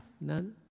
none